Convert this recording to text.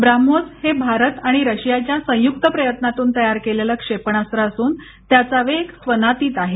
ब्राम्होस हे भारत आणि रशियाच्या संयुक्त प्रयत्नांतून तयार केलेलं क्षेपणास्त्र असून त्याचा वेग स्वनातीत आहे